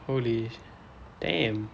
oh really damn